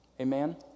Amen